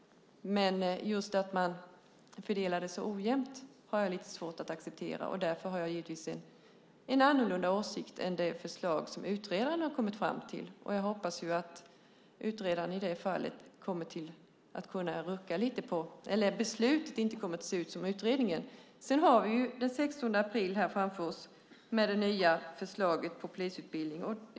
Men just att man fördelar det så ojämnt har jag lite svårt att acceptera. Därför har jag en annorlunda åsikt än det förslag som utredaren har kommit fram till. Jag hoppas att beslutet inte kommer att se ut som utredningen. Vi har den 16 april framför oss med det nya förslaget på polisutbildning.